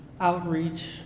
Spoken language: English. outreach